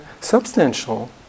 substantial